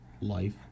life